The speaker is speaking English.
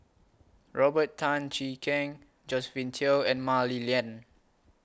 Robert Tan Jee Keng Josephine Teo and Mah Li Lian